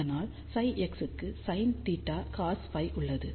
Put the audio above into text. அதனால்தான் ψx க்கு sin θ cos Φ உள்ளது